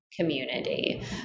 community